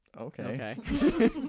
Okay